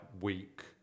week